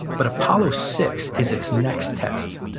but apollo six is its next test.